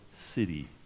city